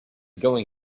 going